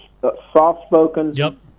soft-spoken